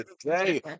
today